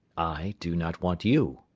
i do not want you.